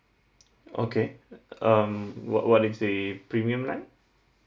okay um what what is the premium like